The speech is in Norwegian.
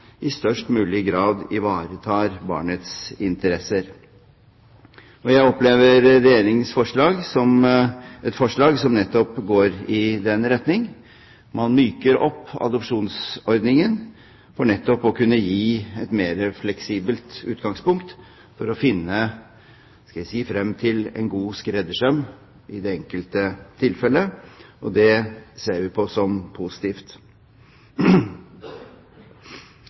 i størst mulig grad ivaretar barnets interesser. Jeg opplever Regjeringens forslag som et forslag som nettopp går i den retning. Man myker opp adopsjonsordningen for nettopp å kunne gi et mer fleksibelt utgangspunkt for å finne frem til – skal jeg si – en god skreddersøm i det enkelte tilfellet. Det ser vi på som positivt.